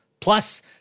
Plus